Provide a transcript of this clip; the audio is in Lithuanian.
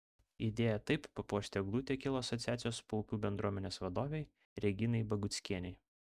idėja taip papuošti eglutę kilo asociacijos paupių bendruomenės vadovei reginai baguckienei